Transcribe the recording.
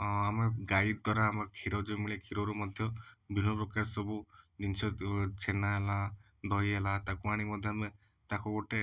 ଅଁ ଆମେ ଗାଈ ଦ୍ୱାରା ଆମ କ୍ଷୀର ଯେଉଁ ମିଳେ ଆମେ କ୍ଷୀରରୁ ମଧ୍ୟ ବିଭିନ୍ନପ୍ରକାର ସବୁ ଜିନିଷ ଛେନା ହେଲା ଦହି ହେଲା ତାକୁ ଆଣି ମଧ୍ୟ ଆମେ ତାକୁ ଗୋଟେ